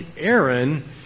Aaron